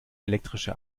elektrische